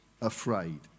afraid